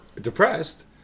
depressed